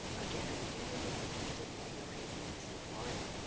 again, i do think it's interesting that you're raising this in florida,